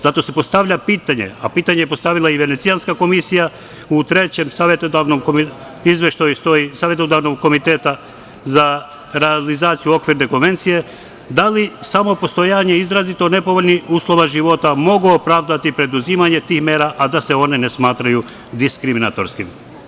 Zato se postavlja pitanje, a pitanje je postavila i Venecijanska komisija u Trećem izveštaju Savetodavnog komiteta za realizaciju Okvirne konvencije da li samo postojanje izrazito nepovoljnih uslova života mogu opravdati preduzimanje tih mera, a da se one ne smatraju diskriminatorskim?